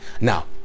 now